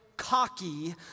cocky